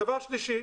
דבר שלישי,